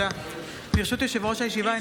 ברשות יושב-ראש הישיבה,